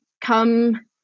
come